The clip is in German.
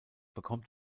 bekommt